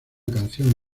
canción